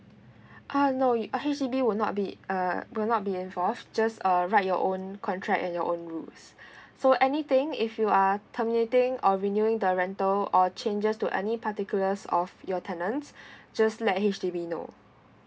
ah no H_D_B will not be uh will not be enforced just uh write your own contract and your own rules so anything if you are terminating or renewing the rental or changes to any particulars of your tenants just let H_D_B know